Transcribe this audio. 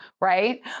right